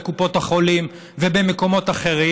בקופות החולים ובמקומות אחרים.